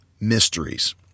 mysteries